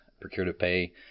procure-to-pay